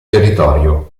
territorio